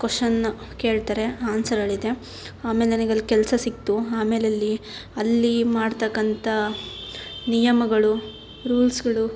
ಕೊಷನ್ನ ಕೇಳ್ತಾರೆ ಆ್ಯನ್ಸರ್ ಹೇಳಿದೆ ಆಮೇಲೆ ನನಗೆ ಅಲ್ಲಿ ಕೆಲಸ ಸಿಕ್ಕಿತು ಆಮೇಲೆ ಅಲ್ಲಿ ಅಲ್ಲಿ ಮಾಡತಕ್ಕಂಥ ನಿಯಮಗಳು ರೂಲ್ಸ್ಗಳು